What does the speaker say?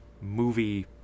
movie